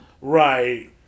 Right